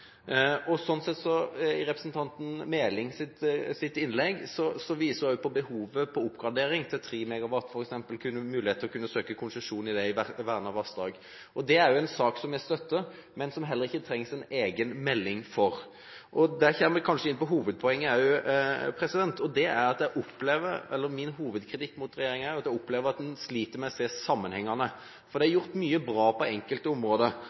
oppgradering til 3 MW, f.eks. mulighet til å kunne søke konsesjon for det i vernede vassdrag. Det er også en sak jeg støtter, men som det heller ikke trengs en egen melding for. Der kommer jeg kanskje også inn på hovedpoenget, og det er at min hovedkritikk mot regjeringen er at jeg opplever at den sliter med å se sammenhengene. For det er gjort mye bra på enkelte områder,